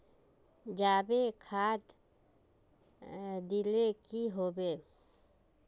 जाबे खाद दिले की होबे?